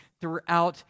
throughout